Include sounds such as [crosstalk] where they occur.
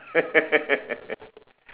[laughs]